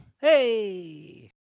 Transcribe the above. Hey